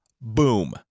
boom